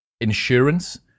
insurance